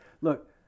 look